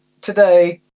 today